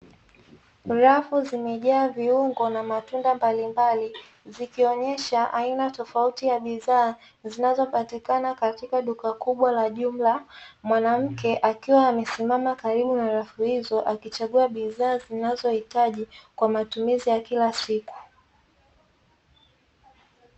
Rafu zimejaa viungo na matunda mbalimbali, zikionyesha aina tofauti ya bidhaa zinazopatikana katika duka kubwa la jumla. Mwanamke akiwa amesimama karibu na rafu hizo akichagua bidhaa anazohitaji kwa matumizi ya kila siku.